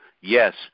yes